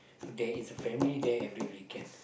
so there is a family there every weekend